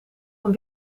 een